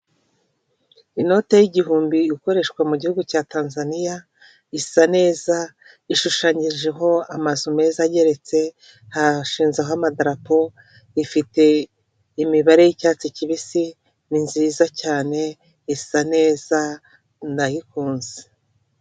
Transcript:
Inote y'igihumbi ikoreshwa mu gihugu cya Tanzaniya, isa neza, ishushanyijeho amazu meza ageretse, hashinzeho amadarapo, ifite imibare y'icyatsi kibisi, ni nziza cyane, isa neza, ndayikunze.